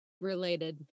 related